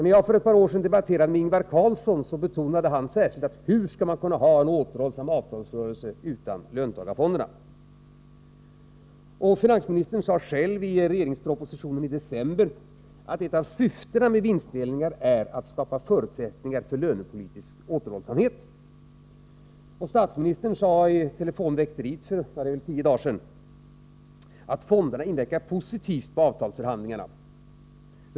När jag för ett par år sedan debatterade med Ingvar Carlsson frågade han med särskild betoning: Hur skall man kunna ha en återhållsam avtalsrörelse utan löntagarfonderna? Finansministern sade själv i propositionen i december att ett av syftena med vinstdelning är att skapa förutsättningar för lönepolitisk återhållsamhet. Statsministern sade i ett telefonväkteri för ungefär tio dagar sedan att fonderna inverkar positivt på avtalsförhandlingarna.